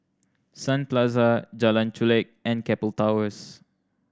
Sun Plaza Jalan Chulek and Keppel Towers